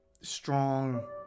strong